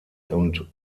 und